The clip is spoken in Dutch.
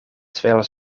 terwijl